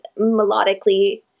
melodically